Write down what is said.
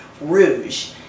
Rouge